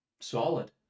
Solid